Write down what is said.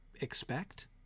expect